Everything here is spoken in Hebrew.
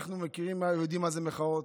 אנחנו מכירים ויודעים מה זה מחאות.